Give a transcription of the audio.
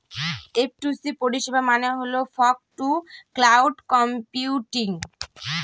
F two C পরিষেবা মানে হল ফগ টু ক্লাউড কম্পিউটিং